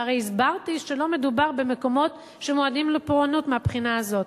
שהרי הסברתי שלא מדובר במקומות שמועדים לפורענות מהבחינה הזאת,